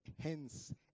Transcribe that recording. Hence